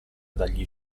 dagli